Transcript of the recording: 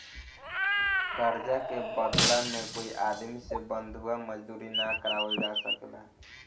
कर्जा के बदला में कोई आदमी से बंधुआ मजदूरी ना करावल जा सकेला